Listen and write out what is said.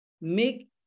Make